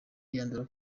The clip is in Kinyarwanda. yandura